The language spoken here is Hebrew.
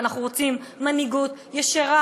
ואנחנו רוצים מנהיגות ישרה,